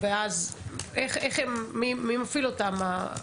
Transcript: מי מפעיל אותם?